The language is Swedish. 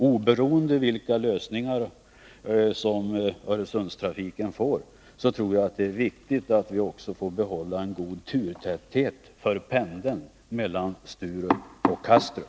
Oberoende av vilka lösningar Öresundstrafiken får, tror jag att det är viktigt att vi också får behålla en god turtäthet för pendeln mellan Sturup och Kastrup.